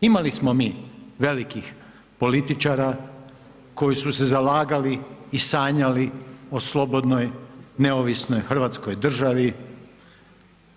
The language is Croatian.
Imali smo mi velikih političara koji su se zalagali i sanjali o slobodnoj, neovisnoj Hrvatskoj državi